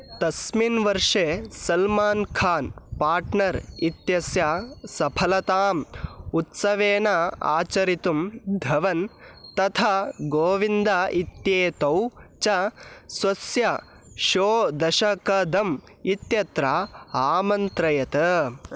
अस्मिन् वर्षे सल्मान् खान् पार्ट्नर् इत्यस्य सफलताम् उत्सवेन आचरितुं धवन् तथा गोविन्दः इत्येतौ च स्वस्य शो दशकदम् इत्यत्र आमन्त्रयत्